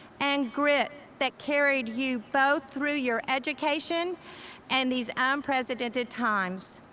and grit that carried you, both through your education and these unprecedented times.